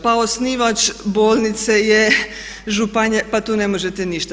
Pa osnivač bolnice je županija pa tu ne možete ništa.